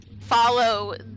follow